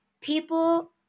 People